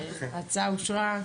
הצבעה אושרה.